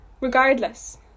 regardless